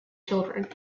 children